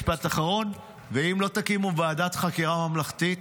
משפט אחרון: ואם לא תקימו ועדת חקירה ממלכתית,